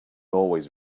always